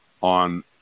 on